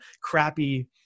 crappy